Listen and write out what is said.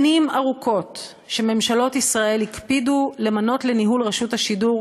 שנים ארוכות שממשלות ישראל הקפידו למנות לניהול רשות השידור,